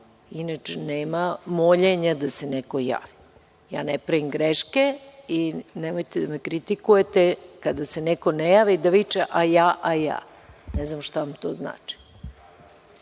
inače nema moljenja da se neko javi. Ja ne pravim greške i nemojte da me kritikujete, kada se neko ne javi da viče – a ja, a ja. Ne znam šta vam to znači.